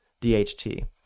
DHT